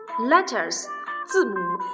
Letters,字母